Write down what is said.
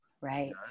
Right